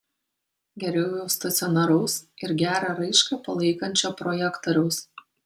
geriau jau stacionaraus ir gerą raišką palaikančio projektoriaus